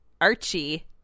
Archie